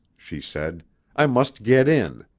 she said i must get in.